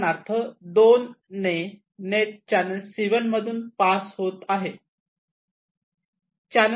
उदाहरणांमध्ये 2 ने net channel C1 मधून पास होत आहे